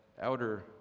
outer